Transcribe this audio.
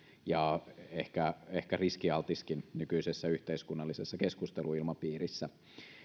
ja ehkä ehkä riskialtiskin nykyisessä yhteiskunnallisessa keskusteluilmapiirissä